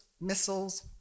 missiles